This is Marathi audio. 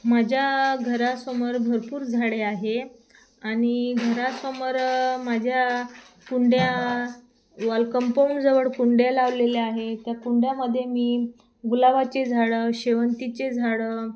माझ्या घरासमोर भरपूर झाडे आहे आणि घरासमोर माझ्या कुंड्या वॉल कंपाऊंडजवळ कुंड्या लावलेल्या आहेत त्या कुंड्यामध्ये मी गुलाबाचे झाडं शेवंतीचे झाडं